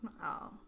Wow